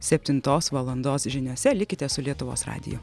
septintos valandos žiniose likite su lietuvos radiju